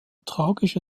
tragische